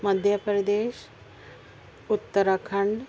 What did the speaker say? Madhya Pradesh Uttarakhand